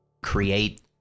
create